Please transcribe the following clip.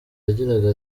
yagiraga